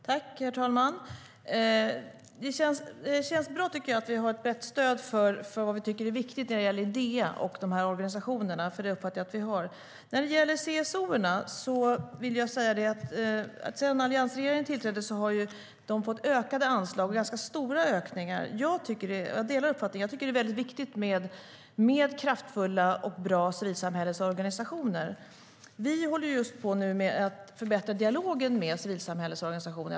Herr talman! Det känns bra, tycker jag, att vi har ett brett stöd för det vi tycker är viktigt när det gäller Idea och de här organisationerna, för det uppfattar jag att vi har. När det gäller CSO:erna vill jag säga att de, sedan alliansregeringen tillträdde, har fått ökade anslag. Det är ganska stora ökningar. Jag delar uppfattningen att det är väldigt viktigt med kraftfulla och bra civilsamhällesorganisationer. Vi håller just nu på att förbättra dialogen med civilsamhällets organisationer.